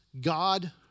God